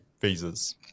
visas